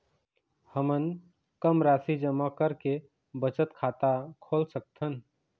हमन कम राशि जमा करके बचत खाता खोल सकथन?